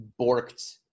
borked